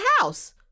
house